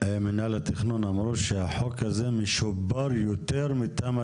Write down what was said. מינהל התכנון אמרו שהחוק הזה משופר יותר מתמ"א